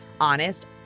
honest